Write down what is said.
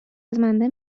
رزمنده